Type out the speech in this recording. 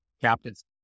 captains